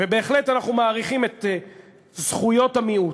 בהחלט, אנחנו מעריכים את זכויות המיעוט,